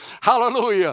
Hallelujah